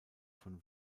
von